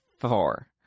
four